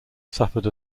suffered